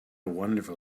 wonderful